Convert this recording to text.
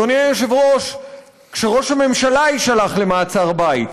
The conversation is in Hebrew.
אדוני היושב-ראש, כשראש הממשלה יישלח למעצר בית,